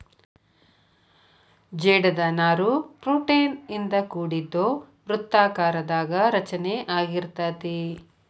ಜೇಡದ ನಾರು ಪ್ರೋಟೇನ್ ಇಂದ ಕೋಡಿದ್ದು ವೃತ್ತಾಕಾರದಾಗ ರಚನೆ ಅಗಿರತತಿ